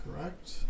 correct